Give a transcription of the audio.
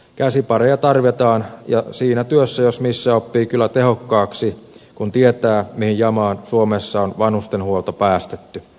käsipareja tarvitaan ja siinä työssä jos missä oppii kyllä tehokkaaksi kun tietää mihin jamaan suomessa on vanhustenhuolto päästetty